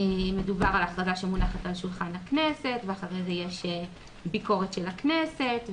מדובר על הכרזה שמונחת על שולחן הכנסת ואחרי כן יש ביקורת של הכנסת,